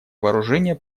вооружения